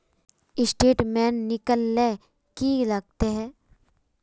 Statement निकले ले की लगते है?